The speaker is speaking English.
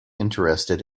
interested